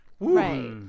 Right